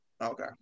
Okay